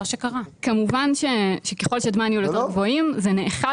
כמובן שככל שדמי הניהול יותר גבוהים זה נאכל